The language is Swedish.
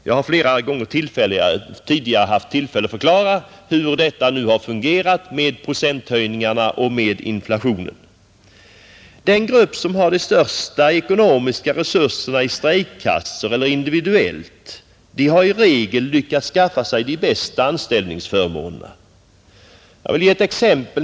Jag har flera gånger tidigare haft tillfälle att förklara hur det har fungerat — med procenthöjningarna och med inflationen. Den grupp som har de största ekonomiska resurserna, i strejkkassor eller individuellt, har i regel lyckats skaffa sig de bästa anställningsförmånerna. Jag vill ge ett exempel.